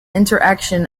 interaction